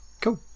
Cool